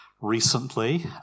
recently